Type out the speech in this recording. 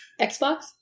Xbox